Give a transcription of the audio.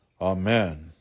Amen